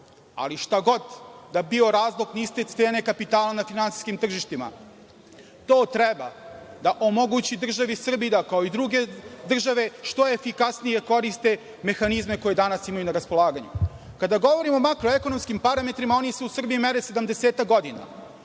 Ali, šta god da je bio razlog niske cene kapitala na finansijskim tržištima, to treba da omogući državi Srbiji da kao i druge države što efikasnije koriste mehanizme koje danas imaju na raspolaganju. Kada govorimo o makroekonomskim parametrima, oni se u Srbiji mere sedamdesetak